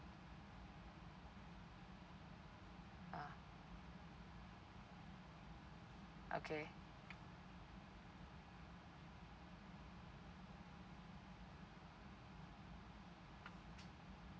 ah okay